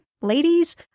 ladies